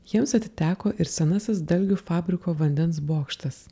jiems atiteko ir senasis dalgių fabriko vandens bokštas